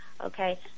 Okay